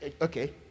okay